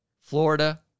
Florida